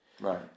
Right